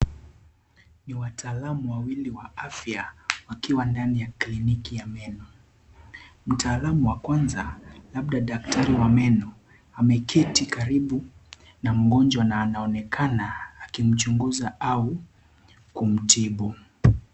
Ni wataalam wawili wa afya wakiwa ndani ya kliniki ya meno. Mtaalam wa kwanza, labda daktari wa meno ameketi karibu na mgonjwa na anaonekana akimchunguza au kumtibu.